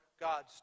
God's